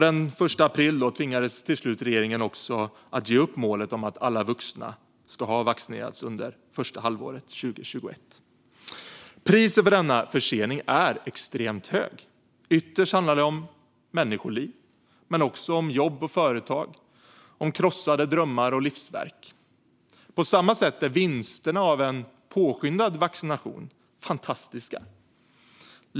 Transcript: Den 1 april tvingades regeringen till slut ge upp målet att alla vuxna ska ha vaccinerats under första halvåret 2021. Priset för denna försening är extremt högt. Ytterst handlar om det om människoliv men också om jobb och företag och om krossade drömmar och livsverk. På samma sätt är vinsterna med att påskynda vaccinationerna fantastiska.